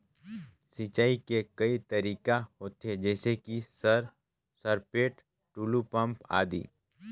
सिंचाई के कई तरीका होथे? जैसे कि सर सरपैट, टुलु पंप, आदि?